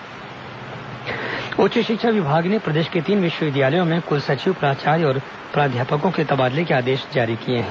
उच्च शिक्षा विभाग तबादला उच्च शिक्षा विभाग ने प्रदेश के तीन विश्वविद्यालयों में कुलसचिव प्राचार्य और प्राध्यापकों के तबादले के आदेश जारी किए हैं